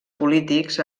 polítics